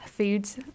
Foods